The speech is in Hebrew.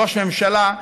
ראש ממשלה,